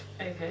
Okay